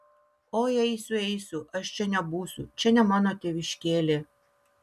oi eisiu eisiu aš čia nebūsiu čia ne mano tėviškėlė